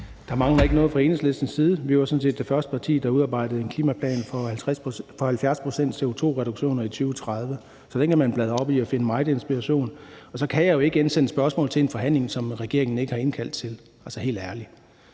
Der mangler ikke noget fra Enhedslistens side. Vi var sådan set det første parti, der udarbejdede en klimaplan for 70-procents-CO2-reduktioner i 2030, så den kan man bladre i og finde meget inspiration i. Jeg kan jo ikke indsende spørgsmål til en forhandling, som regeringen ikke har indkaldt til. Altså, helt ærligt.